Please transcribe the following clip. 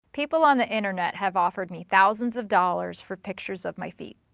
people on the internet have offered me thousands of dollars for pictures of my feet.